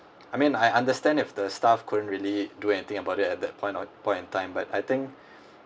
I mean I understand if the staff couldn't really do anything about it at that point of point in time but I think